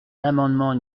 l’amendement